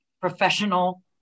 professional